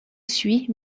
suit